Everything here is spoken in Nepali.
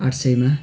आठ सयमा